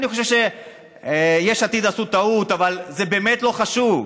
אני חושב שיש עתיד עשו טעות, אבל זה באמת לא חשוב.